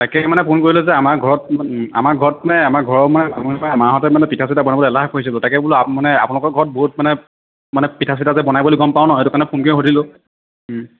তাকে মানে ফোন কৰিলোঁ যে আমাৰ ঘৰত আমাৰ ঘৰত মানে আমাৰ ঘৰৰ মানে মাহঁতে মানে পিঠা চিঠা বনাবলৈ এলাহ কৰিছে তাকে বোলো মানে আপোনালোকৰ ঘৰত বহুত মানে মানে পিঠা চিঠা যে বনাই বুলি গম পাওঁ ন সেইটো কাৰণে ফোন কৰি সুধিলোঁ